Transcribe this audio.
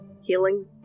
healing